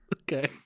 Okay